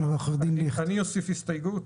אני אוסיף הסתייגות?